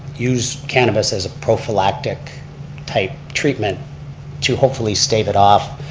use cannabis as a prophylactic type treatment to hopefully stave it off,